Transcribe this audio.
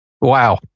Wow